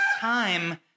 time